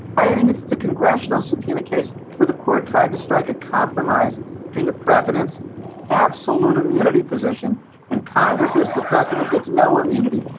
i think it's the congressional subpoena case where the court tried to strike a compromise between the president's absolute immunity position and congress as the president gets no immunity.